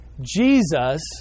jesus